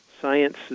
science